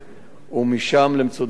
ומשם ל"מצודת זאב".